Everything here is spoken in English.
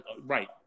right